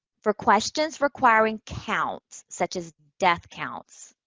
for questions requiring counts, such as death counts,